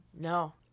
No